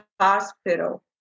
hospital